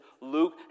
Luke